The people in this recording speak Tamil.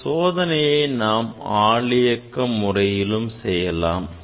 இந்த சோதனையை நாம் ஆள் இயக்க முறையிலும் செய்யலாம்